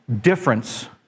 difference